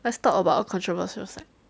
let's talk about a controversial site